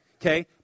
okay